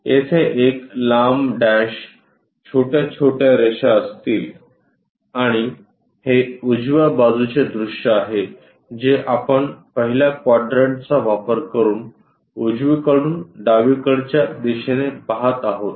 आणि तेथे एक लांब डॅश छोट्या छोट्या रेषा असतील आणि हे उजव्या बाजूचे दृश्य आहे जे आपण पहिल्या क्वाड्रंटचा वापर करून उजवीकडून डावीकडच्या दिशेने पाहत आहोत